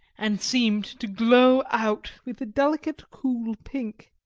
and seemed to glow out with a delicate cool pink.